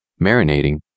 marinating